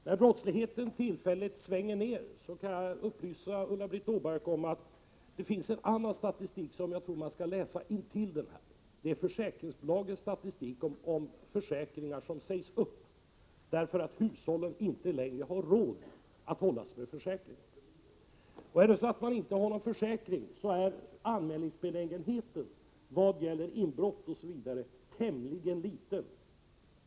När brottsligheten tillfälligt går ned, kan jag upplysa Ulla-Britt Åbark om att det finns en annan statistik som jag tror att man skall läsa samtidigt med den som hon nämnde: försäkringsbolagens statistik över försäkringar som sägs upp, därför att hushållen inte längre har råd att hålla sig med försäkring. Har man ingen försäkring är anmälningsbenägenheten vad gäller inbrott osv. tämligen liten.